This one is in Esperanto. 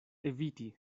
eviti